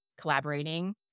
collaborating